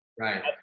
Right